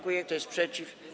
Kto jest przeciw?